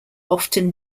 often